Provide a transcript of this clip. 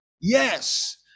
Yes